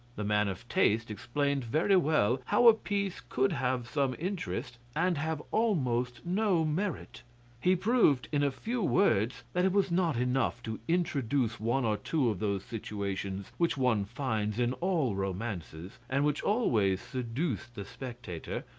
the man of taste explained very well how a piece could have some interest, and have almost no merit he proved in few words that it was not enough to introduce one or two of those situations which one finds in all romances, and which always seduce the spectator,